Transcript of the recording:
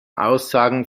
aussagen